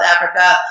Africa